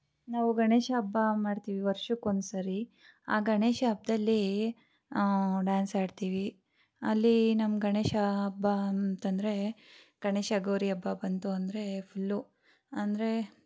ನಾವು ಗಣೇಶ ಹಬ್ಬ ಮಾಡ್ತೀವಿ ವರ್ಷಕ್ಕೊಂದು ಸಾರಿ ಆ ಗಣೇಶ ಹಬ್ಬದಲ್ಲಿ ಡ್ಯಾನ್ಸ್ ಆಡ್ತೀವಿ ಅಲ್ಲಿ ನಮ್ಮ ಗಣೇಶ ಹಬ್ಬ ಅಂತಂದರೆ ಗಣೇಶ ಗೌರಿ ಹಬ್ಬ ಬಂತು ಅಂದರೆ ಫುಲ್ಲು ಅಂದರೆ